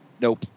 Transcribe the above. Nope